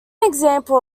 example